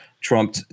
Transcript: Trump